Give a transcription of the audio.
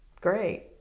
great